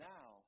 Now